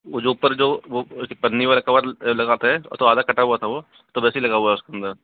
वो जो ऊपर जो वो पन्नी वाला कवर लगाते है तो आधा कटा हुआ था वो तो वैसे ही लगा हुआ है उसके अंदर